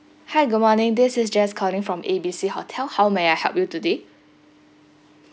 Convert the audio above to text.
hi good morning this is jess calling from A B C hotel how may I help you today